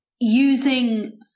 using